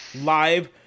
live